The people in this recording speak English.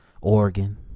Oregon